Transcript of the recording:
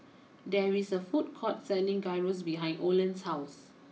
there is a food court selling Gyros behind Oland's house